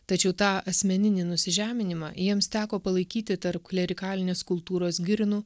tačiau tą asmeninį nusižeminimą jiems teko palaikyti tarp klerikalinės kultūros girnų